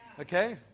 Okay